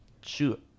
shoot